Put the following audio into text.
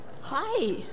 Hi